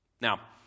Now